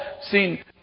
seen